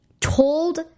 told